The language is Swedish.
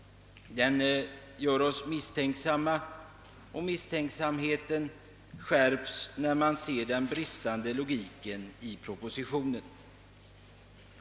Den gör oss misstänksamma, och misstänksamheten skärps när man ser den bristande logiken i propositionen.